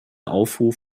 aufruf